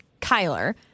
Kyler